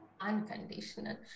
unconditional